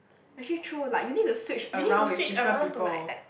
actually true like you need to switch around with different people